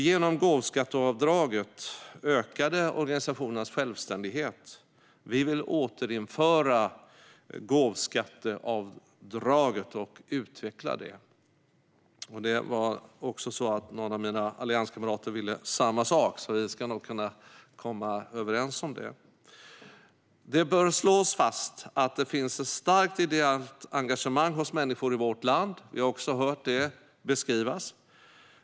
Genom gåvoskatteavdraget ökade organisationernas självständighet. Vi vill återinföra gåvoskatteavdraget och utveckla det. Någon av mina allianskamrater ville samma sak, så vi ska nog kunna komma överens om det. Det bör slås fast att det finns ett starkt ideellt engagemang hos människor i vårt land. Det har vi hört beskrivas.